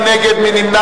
מי נגד?